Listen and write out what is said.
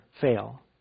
fail